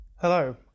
Hello